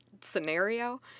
scenario